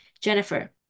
Jennifer